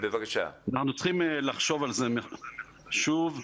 אנחנו צריכים לחשוב על זה שוב.